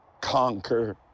conquer